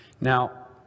Now